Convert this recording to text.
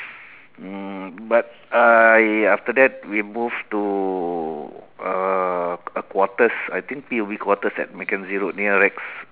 mm but I after that we moved to uh a quarters I think P_U_B quarters at mckenzie road near rex